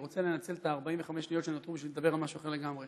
אני רוצה לנצל את 45 השניות שלנו כדי לדבר על משהו אחר לגמרי.